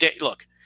look